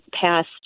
passed